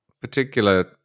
particular